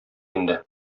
инде